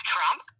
Trump